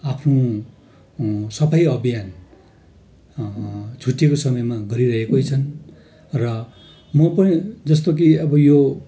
आफ्नो सफाइ अभियान छुट्टीको समयमा गरिरहेकै छन् र म पनि जस्तो कि अब यो